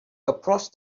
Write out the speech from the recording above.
approached